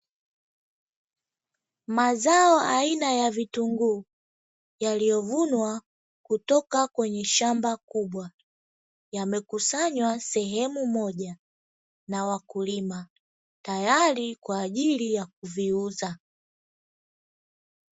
Mazao aina ya vitunguu, yaliyovunwa kutoka kwenye shamba kubwa, yamekusanywa sehemu moja na wakulima, tayari kwa ajili ya kuviuza.